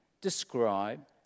describe